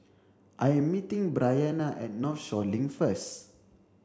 I am meeting Bryana at Northshore Link first